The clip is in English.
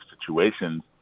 situations